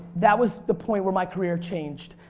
that was the point where my career changed.